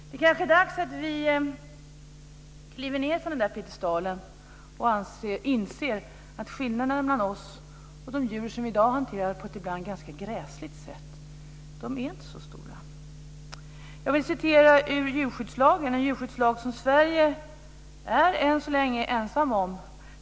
Det är kanske dags att vi kliver ned från piedestalen och inser att skillnaderna mellan oss och de djur som vi i dag hanterar på ett ibland ganska gräsligt sätt inte är så stora. Jag vill citera lite grann ur djurskyddslagen, en djurskyddslag som Sverige än så länge är ensamt om.